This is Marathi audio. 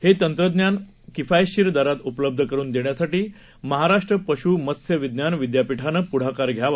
हेतंत्रज्ञानकिफायतशीरदरातउपलब्धकरूनदेण्यासाठीमहाराष्ट्रपश्मत्स्यविज्ञानविद्यापीठानंप् ढाकारघ्यावा